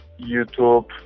YouTube